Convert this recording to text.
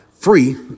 Free